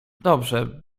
dobrze